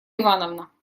ивановна